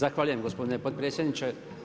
Zahvaljujem gospodine potpredsjedniče.